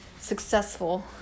successful